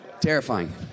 Terrifying